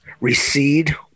recede